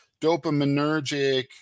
dopaminergic